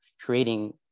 creating